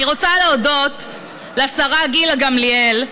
אני רוצה להודות לשרה גילה גמליאל,